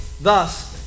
Thus